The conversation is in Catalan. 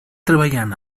treballant